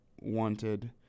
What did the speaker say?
wanted